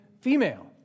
female